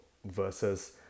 Versus